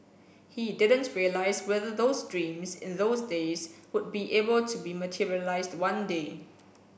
he didn't realise whether those dreams in those days would be able to be materialised one day